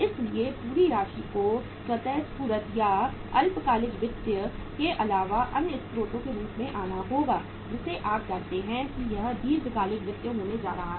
इसलिए पूरी राशि को स्वतःस्फूर्त या अल्पकालिक वित्त के अलावा अन्य स्रोतों के रूप में आना होगा जिसे हम जानते हैं कि यह दीर्घकालिक वित्त होने जा रहा है